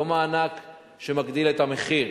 לא מענק שמגדיל את המחיר.